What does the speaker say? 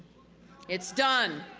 it's done,